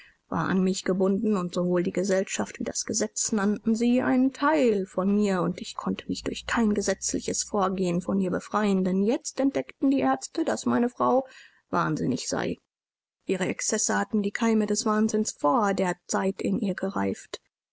war an mich gebunden und sowohl die gesellschaft wie das gesetz nannten sie einen teil von mir und ich konnte mich durch kein gesetzliches vorgehen von ihr befreien denn jetzt entdeckten die ärzte daß meine frau wahnsinnig sei ihre excesse hatten die keime des wahnsinns vor der zeit in ihr gereift